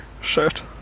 shirt